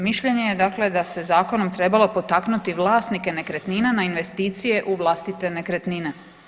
Mišljenje je dakle da se zakonom trebalo potaknuti vlasnike nekretnina na investicije u vlastite nekretnine.